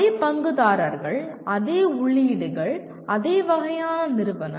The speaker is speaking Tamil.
அதே பங்குதாரர்கள் அதே உள்ளீடுகள் அதே வகையான நிறுவனம்